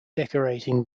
decorating